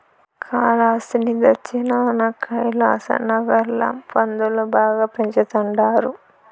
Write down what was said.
కాలాస్త్రి దచ్చినాన కైలాసనగర్ ల పందులు బాగా పెంచతండారు